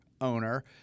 owner